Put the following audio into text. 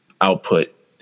output